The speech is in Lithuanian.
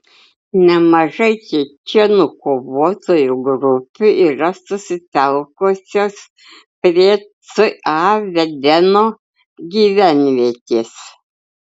nemažai čečėnų kovotojų grupių yra susitelkusios prie ca vedeno gyvenvietės